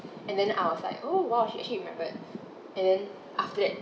and then I was like oh !wow! she actually remembered and then after that